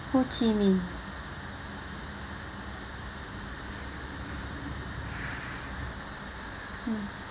ho chi minh mm